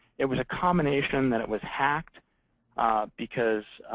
it was a combination that it was hacked because